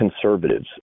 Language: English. conservatives